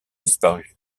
disparu